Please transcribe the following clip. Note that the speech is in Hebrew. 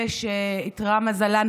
אלה שאיתרע מזלן